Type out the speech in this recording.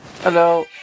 hello